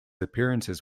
appearances